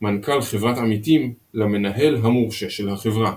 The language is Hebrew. מנכ"ל חברת "עמיתים" למנהל המורשה של החברה,